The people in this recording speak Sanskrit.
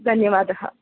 धन्यवादः